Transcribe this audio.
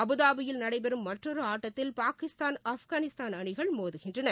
அபுதாபியில் நடைபெறும் மற்றொரு ஆட்டத்தில் பாகிஸ்தான் ஆப்கானிஸ்தான் அணிகள் மோதுகின்றன